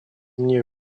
мне